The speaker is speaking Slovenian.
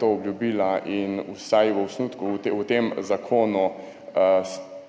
to obljubila in vsaj v osnutku